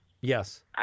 Yes